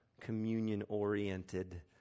communion-oriented